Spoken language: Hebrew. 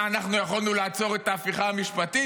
מה, אנחנו יכולנו לעצור את ההפיכה המשפטית?